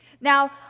Now